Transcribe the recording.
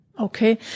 Okay